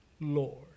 Lord